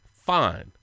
fine